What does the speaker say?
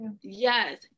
Yes